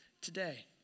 today